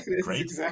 great